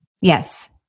Yes